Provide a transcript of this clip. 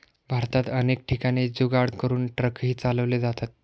भारतात अनेक ठिकाणी जुगाड करून ट्रकही चालवले जातात